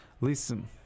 Listen